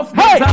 hey